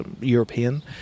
European